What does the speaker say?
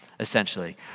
essentially